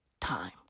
time